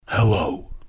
Hello